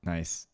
Nice